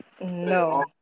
No